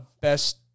best